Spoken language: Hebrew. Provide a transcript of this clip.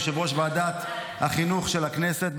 יושב-ראש ועדת החינוך של הכנסת.